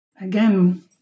again